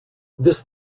this